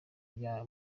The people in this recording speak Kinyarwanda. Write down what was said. bya